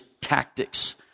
tactics